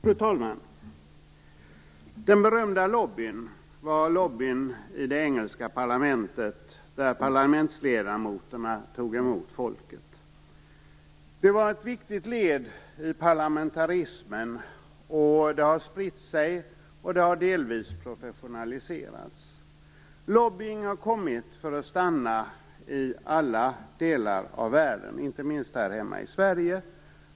Fru talman! Den berömda lobbyn var lobbyn i det engelska parlamentet där parlamentsledamöterna tog emot folket. Det var ett viktigt led i parlamentarismen, det har spritt sig, och det har delvis professionaliserats. Lobbying har kommit för att stanna i alla delar av världen, inte minst här hemma i Sverige.